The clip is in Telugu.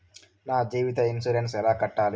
నా జీవిత ఇన్సూరెన్సు ఎలా కట్టాలి?